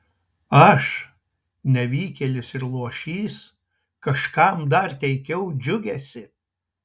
aš nevykėlis ir luošys kažkam dar teikiau džiugesį